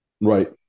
Right